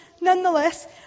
nonetheless